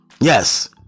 yes